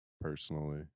personally